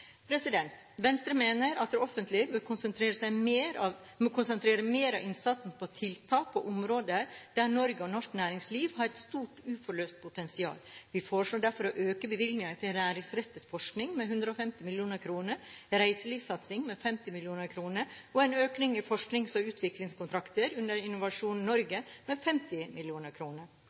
Venstre mener at det offentlige må konsentrere mer av innsatsen på tiltak på områder der Norge og norsk næringsliv har et stort uforløst potensial. Vi foreslår derfor å øke bevilgninger til næringsrettet forskning med 150 mill. kr, reiselivssatsing med 50 mill. kr og en økning i forsknings- og utviklingskontrakter under Innovasjon Norge med 50